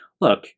Look